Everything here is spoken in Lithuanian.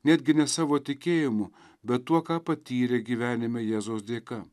netgi ne savo tikėjimu bet tuo ką patyrė gyvenime jėzaus dėka